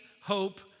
hope